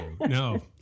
no